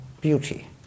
beauty